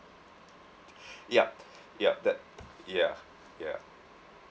yup yup that ya ya